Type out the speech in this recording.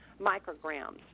micrograms